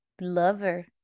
lover